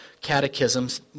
catechisms